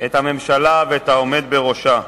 את הממשלה ואת העומד בראשה.